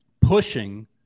pushing